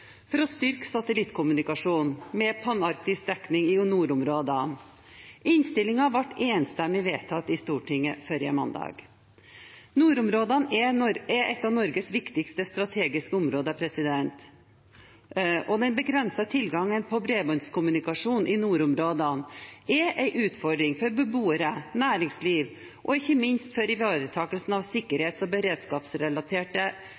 for å styrke satellittkommunikasjon med panarktisk dekning i nordområdene. Innstillingen ble enstemmig vedtatt i Stortinget forrige mandag. Nordområdene er et av Norges viktigste strategiske områder, og den begrensede tilgangen på bredbåndskommunikasjon i nordområdene er en utfordring for beboere, for næringsliv og ikke minst for ivaretakelsen av